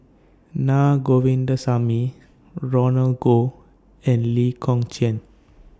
Naa Govindasamy Roland Goh and Lee Kong Chian